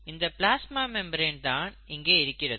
இந்த plasma membrane தான் இங்கே இருக்கிறது